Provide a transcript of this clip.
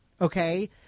okay